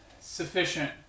sufficient